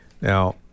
Now